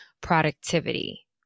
productivity